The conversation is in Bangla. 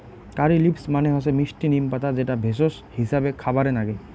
কারী লিভস মানে হসে মিস্টি নিম পাতা যেটা ভেষজ হিছাবে খাবারে নাগে